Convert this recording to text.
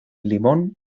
limón